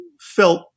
felt